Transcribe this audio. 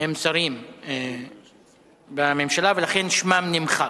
הם שרים בממשלה ולכן שמם נמחק.